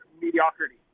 mediocrity